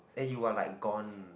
eh you are like gone